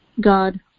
God